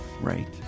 Right